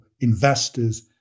investors